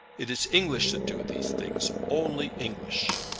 it is english that do these things only english.